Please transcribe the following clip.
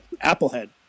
Applehead